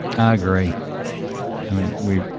i agree i mean we